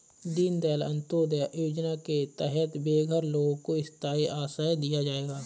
दीन दयाल अंत्योदया योजना के तहत बेघर लोगों को स्थाई आश्रय दिया जाएगा